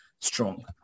strong